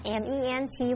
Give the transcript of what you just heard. ment